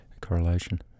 correlation